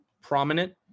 prominent